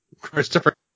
Christopher